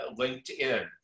LinkedIn